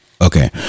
Okay